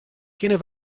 kinne